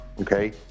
Okay